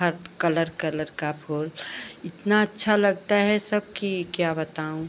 हर colour colour का फूल इतना अच्छा लगता है सब कि क्या बताऊँ